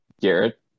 Garrett